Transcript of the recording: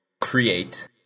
create